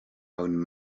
own